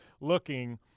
looking